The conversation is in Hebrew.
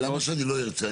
למה שאני לא ארצה?